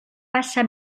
passa